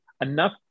enough